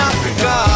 Africa